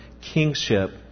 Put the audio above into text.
kingship